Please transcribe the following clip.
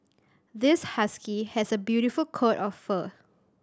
this husky has a beautiful coat of fur